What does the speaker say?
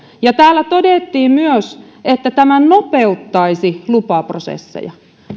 täällä todettiin myös että tämä nopeuttaisi lupaprosesseja